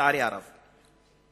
לצערי הרב.